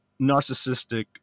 narcissistic